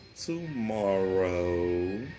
tomorrow